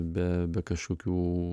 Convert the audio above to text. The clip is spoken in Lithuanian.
be be kažkokių